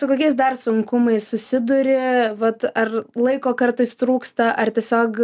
su kokiais dar sunkumais susiduri vat ar laiko kartais trūksta ar tiesiog